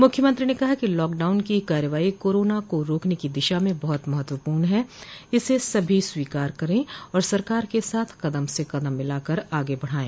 मुख्यमंत्री ने कहा कि लॉकडाउन की कार्रवाई कोरोना को रोकने की दिशा में बहुत महत्वपूर्ण है इसे सभी स्वीकार करे और सरकार के साथ कदम से कदम मिलाकर आगे बढ़ाये